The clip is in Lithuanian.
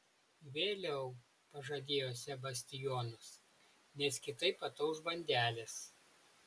vėliau pažadėjo sebastijonas nes kitaip atauš bandelės